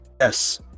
yes